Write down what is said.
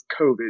COVID